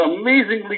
amazingly